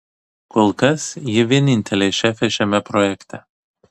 kol kas ji vienintelė šefė šiame projekte